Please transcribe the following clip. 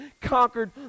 conquered